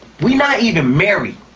we not even married.